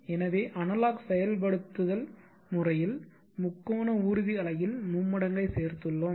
எனவே அனலாக் செயல்படுத்தல் முறையில் முக்கோண ஊர்தி அலையில் மும்மடங்கைச் சேர்த்துள்ளோம்